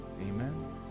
amen